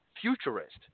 Futurist